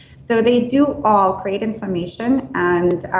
so they do all create inflammation and